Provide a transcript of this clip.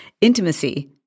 intimacy